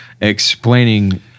explaining